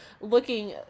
looking